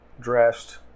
dressed